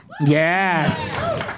Yes